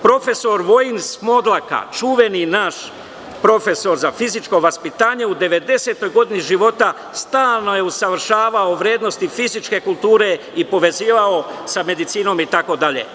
Profesor Vojin Smodlaka, čuveni naš profesor za fizičko vaspitanje, u 90. godini života stalno je usavršavao vrednosti i fizičke kulture i povezivao sa medicinom itd.